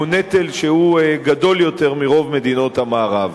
הוא גדול יותר מברוב מדינות המערב.